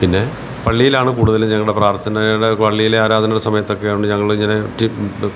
പിന്നെ പള്ളിയിലാണ് കൂടുതലും ഞങ്ങളുടെ പ്രാർത്ഥനകളുടെ പള്ളീൽ ആരാധന സമയത്തൊക്കെ ആയോണ്ട് ഞങ്ങളിങ്ങനെ